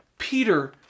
Peter